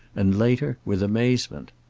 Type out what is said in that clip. and later with amazement.